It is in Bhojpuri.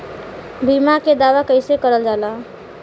बीमा के दावा कैसे करल जाला?